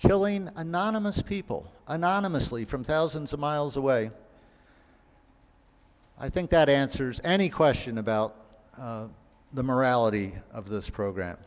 killing anonymous people anonymously from thousands of miles away i think that answers any question about the morality of this program